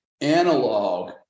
analog